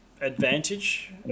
advantage